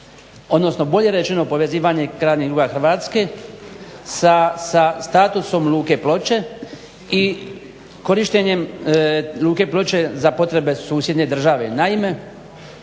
odnosno bolje rečeno povezivanje krajnjeg ruba Hrvatske sa statusom luke Ploče i korištenjem luke Ploče za potrebe susjedne države. Naime